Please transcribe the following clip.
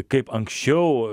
kaip anksčiau